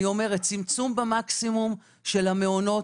אני אומרת, צמצום במקסימום של המעונות,